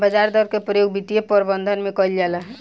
ब्याज दर के प्रयोग वित्तीय प्रबंधन में कईल जाला